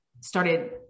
started